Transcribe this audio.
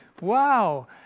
Wow